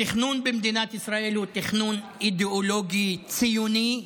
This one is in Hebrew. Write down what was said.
התכנון במדינת ישראל הוא תכנון אידיאולוגי ציוני,